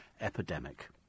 epidemic